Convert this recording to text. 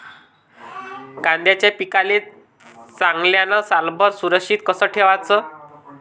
कांद्याच्या पिकाले चांगल्यानं सालभर सुरक्षित कस ठेवाचं?